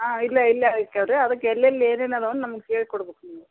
ಹಾಂ ಇಲ್ಲೇ ಇಲ್ಲೇ ಐಕ್ಯಾವ ರೀ ಅದಕ್ಕೆ ಎಲ್ಲಿ ಎಲ್ಲಿ ಏನೇನು ಅದಾವು ಅಂದು ನಮ್ಗೆ ಹೇಳ್ಕೊಡ್ಬೇಕು ನೀವು